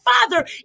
father